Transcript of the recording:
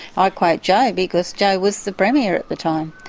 i quote joh because joh was the premier at the time.